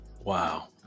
Wow